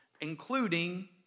including